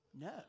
No